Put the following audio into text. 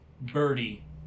Birdie